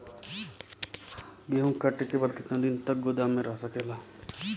गेहूँ कांटे के बाद कितना दिन तक गोदाम में रह सकेला?